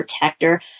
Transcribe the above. protector